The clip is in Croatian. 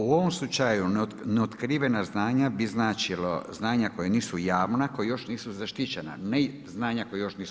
U ovom slučaju neotkrivena znanja bi značilo znanja koja još nisu javna, koja još nisu zaštićena, ne znanja koja još nisu.